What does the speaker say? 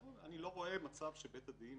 אני לא רואה מצב שבית הדין